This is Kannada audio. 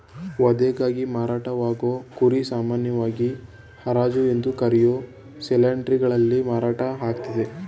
ವಧೆಗಾಗಿ ಮಾರಾಟವಾಗೋ ಕುರಿ ಸಾಮಾನ್ಯವಾಗಿ ಹರಾಜು ಎಂದು ಕರೆಯೋ ಸೇಲ್ಯಾರ್ಡ್ಗಳಲ್ಲಿ ಮಾರಾಟ ಆಗ್ತದೆ